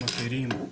מעיצובים אחרים.